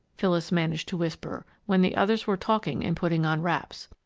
phyllis managed to whisper, when the others were talking and putting on wraps.